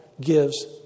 gives